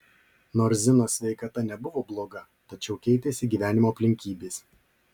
nors zinos sveikata nebuvo bloga tačiau keitėsi gyvenimo aplinkybės